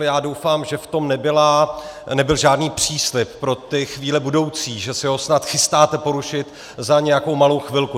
Já doufám, že v tom nebyl žádný příslib pro ty chvíle budoucí, že se ho snad chystáte porušit za nějakou malou chvilku.